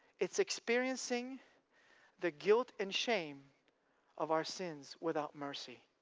it's experiencing the guilt and shame of our sins without mercy.